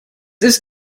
ist